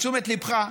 את תשומת ליבך,